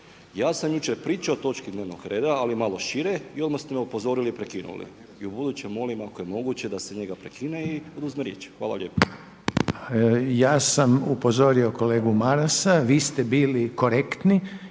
Ja sam jučer pričao o točki dnevnog reda, ali malo šire i odmah ste me upozorili i prekinuli. I u buduće molim ako je moguće da se njega prekine i oduzme riječ. Hvala lijepa. **Reiner, Željko (HDZ)** Ja sam upozorio kolegu Marasa, vi ste bili korektni